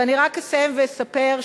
ואני רק אסיים ואספר,